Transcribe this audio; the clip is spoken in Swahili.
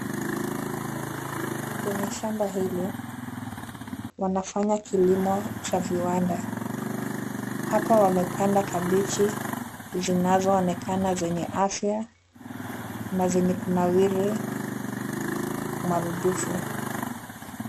Kwenye shamba hili, wanafanya kilimo cha viwanda . Hapa wamepanda kabechi zinazoonekana zenye afya na zenye kunawiri marudufu.